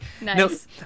Nice